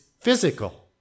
physical